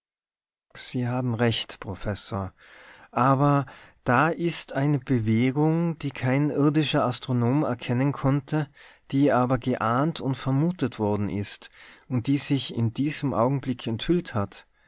sie haben recht professor aber da ist eine bewegung die kein irdischer astronom erkennen konnte die aber geahnt und vermutet worden ist und die sich in diesem augenblick enthüllt hat